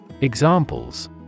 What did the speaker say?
Examples